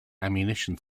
ammunition